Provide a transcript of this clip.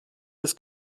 des